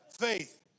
faith